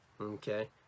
okay